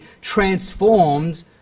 transformed